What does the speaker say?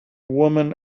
woman